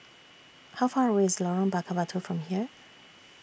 How Far away IS Lorong Bakar Batu from here